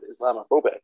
Islamophobic